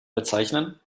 bezeichnen